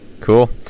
Cool